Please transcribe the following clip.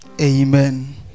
Amen